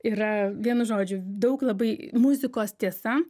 yra vienu žodžiu daug labai muzikos tiesa